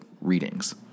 readings